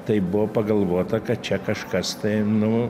tai buvo pagalvota kad čia kažkas tai nu